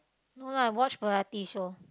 no lah watch variety show